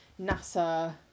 NASA